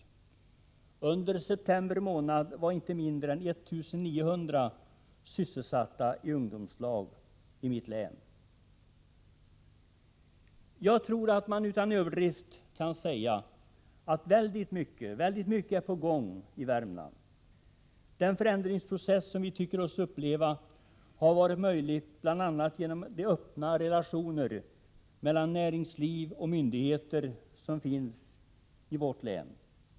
Under september månad hade vi inte mindre än 1 900 sysselsatta i ungdomslag. Jag tror att man utan överdrift kan säga att väldigt mycket är på gång i Värmland. Den förändringsprocess som vi tycker oss uppleva har varit möjlig bl.a. genom de öppna relationer mellan näringsliv och myndigheter som finns i länet.